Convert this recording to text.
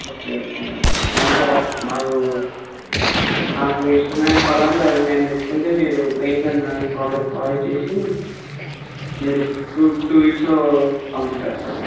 okay okay అండి మేము provide మాకు నాకు ఇష్టమైన కలర్లు అవి మేము తెచ్చుకుంటే మీరు పెయింటర్ను ప్రొవైడ్ ప్రొవైడ్ చేసి మీరు టూ టూ వీక్స్లో కంప్లీట్ చేస్తారా